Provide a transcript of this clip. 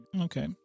Okay